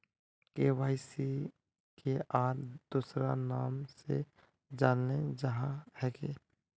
KYC के आर दोसरा नाम से जानले जाहा है की?